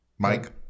Mike